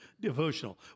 devotional